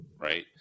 right